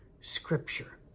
Scripture